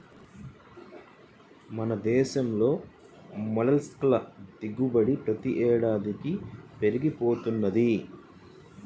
మన దేశంలో మొల్లస్క్ ల దిగుబడి ప్రతి ఏడాదికీ పెరిగి పోతున్నది